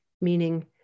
meaning